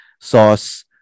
sauce